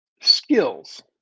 skills